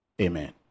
Amen